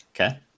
Okay